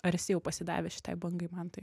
ar esi jau pasidavęs šitai bangai mantai